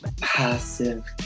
passive